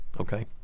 okay